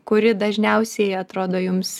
kuri dažniausiai atrodo jums